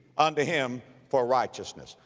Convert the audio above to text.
unto him for righteousness.